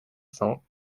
cents